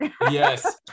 yes